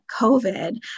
COVID